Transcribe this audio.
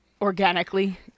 organically